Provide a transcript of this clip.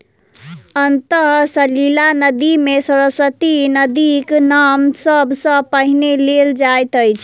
अंतः सलिला नदी मे सरस्वती नदीक नाम सब सॅ पहिने लेल जाइत अछि